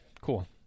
cool